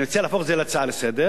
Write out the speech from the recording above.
אני מציע להפוך את זה להצעה לסדר-היום.